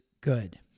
good